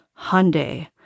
Hyundai